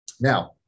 Now